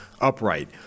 upright